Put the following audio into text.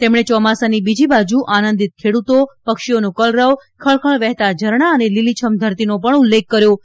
તેમણે ચોમાસાની બીજી બાજી આનંદિત ખેડતો પક્ષીઓનો કલરવ ખળખળ વહેતા ઝરણાં અને લીલીછમ ધરતીનો પણ ઉલ્લેખ કર્યો હતો